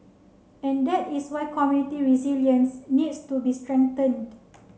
and that is why community resilience needs to be strengthened